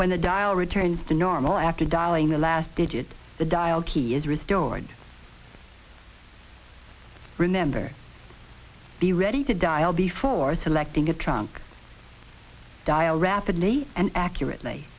when the dial returns to normal after dialing the last digit the dial key is restored remember be ready to dial before selecting a trunk dial rapidly and accurately